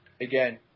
again